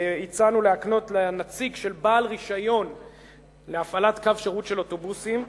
הצענו להקנות לנציג של בעל רשיון להפעלת קו שירות של אוטובוסים,